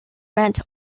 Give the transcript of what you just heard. rent